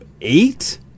eight